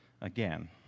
again